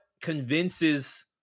convinces